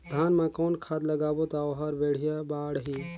धान मा कौन खाद लगाबो ता ओहार बेडिया बाणही?